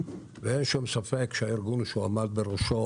ואין שום ספק שהארגון שהוא עמד בראשו,